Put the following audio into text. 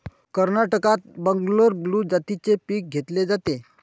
कर्नाटकात बंगलोर ब्लू जातीचे पीक घेतले जाते